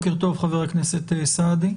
שלום לחבר הכנסת סעדי.